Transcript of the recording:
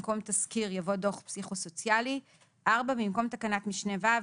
במקום "תסקיר" יבוא "דוח פסיכו-סוציאלי"; במקום תקנת משנה (ו)